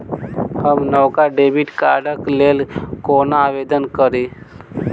हम नवका डेबिट कार्डक लेल कोना आवेदन करी?